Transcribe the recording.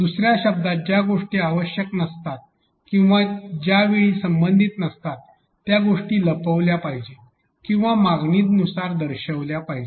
दुसर्या शब्दांत ज्या गोष्टी आवश्यक नसतात किंवा त्या वेळी संबंधित नसतात त्या गोष्टी लपविल्या पाहिजेत किंवा मागणीनुसार दर्शविल्या पाहिजेत